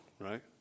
right